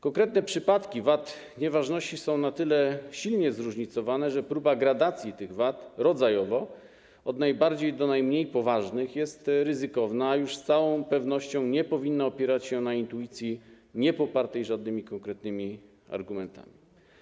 Konkretne przypadki wad nieważności są na tyle silnie zróżnicowane, że próba gradacji tych wad rodzajowo od najbardziej do najmniej poważnych jest ryzykowna, a już z całą pewnością nie powinna opierać się na intuicji niepopartej żadnymi konkretnymi argumentami.